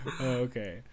Okay